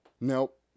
Nope